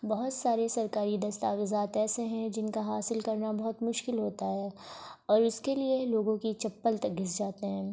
بہت سارے سرکاری دستاویزات ایسے ہیں جن کا حاصل کرنا بہت مشکل ہوتا ہے اور اس کے لیے لوگوں کے چپل تک گھس جاتے ہیں